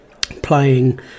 playing